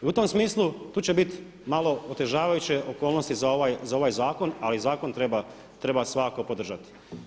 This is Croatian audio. I u tom smislu tu će biti malo otežavajuće okolnosti za ovaj zakon ali zakon treba svakako podržati.